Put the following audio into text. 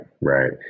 Right